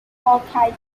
augite